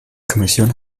kommission